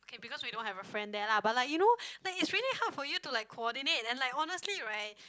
okay because we don't have a friend there lah but like you know that is very hard for you to like coordinate and honestly right